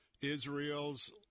Israel's